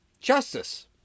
justice